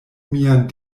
mian